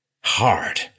hard